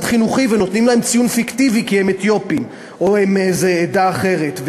חינוכי ונותנים להם ציון פיקטיבי כי הם אתיופים או בני עדה אחרת.